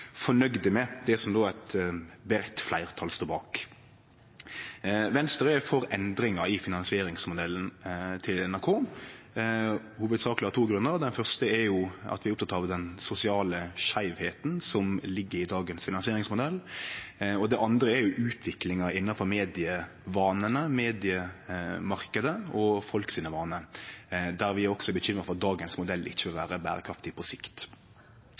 fornøgde med det som eit delt fleirtal står bak. Venstre er for endringar i finansieringsmodellen til NRK, hovudsakleg av to grunnar. Den første er at vi er opptekne av den sosiale skeivheita som ligg i dagens finansieringsmodell. Det andre er utviklinga innanfor medievanane, mediemarknaden, og folk sine vanar, der vi også er bekymra for at dagens modell ikkje vil vere berekraftig på sikt.